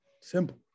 simple